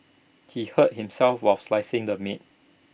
he hurt himself while slicing the meat